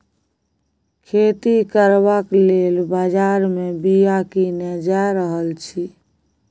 खेती करबाक लेल बजार मे बीया कीने जा रहल छी